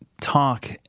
Talk